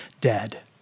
dead